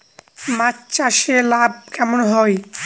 মাছ চাষে লাভ কেমন হয়?